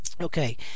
Okay